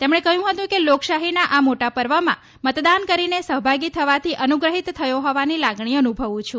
તેમણે કહ્યું હતું કે લોકશાહીના આ મોટા પર્વમાં મતદાન કરીને સહભાગી થવાથી અનુગ્રહિત થયો હોવાની લાગણી અનુભવું છું